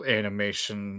animation